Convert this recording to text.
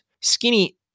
Skinny